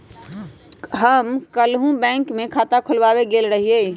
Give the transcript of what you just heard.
हम काल्हु बैंक में खता खोलबाबे गेल रहियइ